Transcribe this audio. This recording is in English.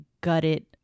gutted